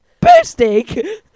bursting